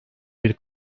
bir